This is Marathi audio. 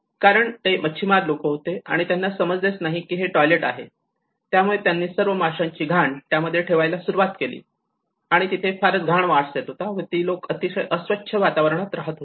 कारण ते मच्छिमार लोक होती आणि त्यांना समजलेच नाही कि हे टॉयलेट आहे आणि त्यामुळे त्यांनी सर्व माशांची घाण त्यामध्ये ठेवायला सुरुवात केली आणि तिथे फारच घाण वास येत होता व ती लोक अतिशय अस्वच्छ वातावरणात राहत होते